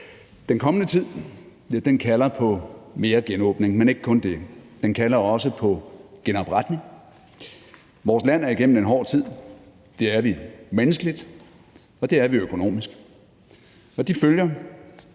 Den kommende tid kalder på mere genåbning, men ikke kun det. Den kalder også på genopretning. Vores land er igennem en hård tid. Det er vi menneskeligt, og det er vi økonomisk, og de følger